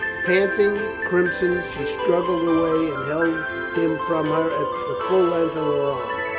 panting, crimson, she struggled away and held him from her at the full length of her arm.